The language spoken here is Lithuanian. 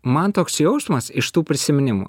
man toks jausmas iš tų prisiminimų